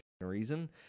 reason